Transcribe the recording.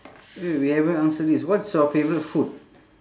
wait we haven't answer this what's your favourite food